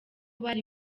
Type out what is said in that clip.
bari